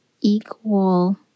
equal